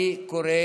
אני קורא